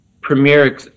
premiere